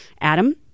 Adam